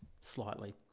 slightly